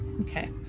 Okay